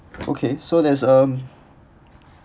okay so there's um